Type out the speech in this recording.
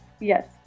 Yes